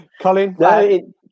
Colin